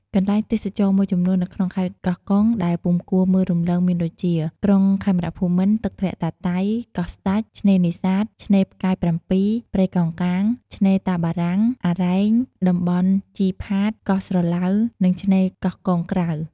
កន្លែងទេសចរណ៍មួយចំនួននៅក្នុងខេត្តកោះកុងដែលពុំគួរមើលរំលង មានដូចជា ក្រុងខេមរភូមិន្ទ ទឹកធ្លាក់តាតៃ កោះស្ដេច ឆ្នេរនេសាទ ឆ្នេរផ្កាយ៧ ព្រៃកោងកាង ឆ្នេរតាបារាំង អារ៉ែង តំបន់ជីផាត កោះស្រឡៅ និងឆ្នេរកោះកុងក្រៅ។